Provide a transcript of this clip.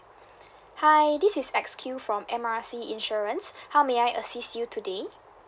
hi this is X_Q from M R C insurance how may I assist you today